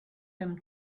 him